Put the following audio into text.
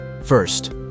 First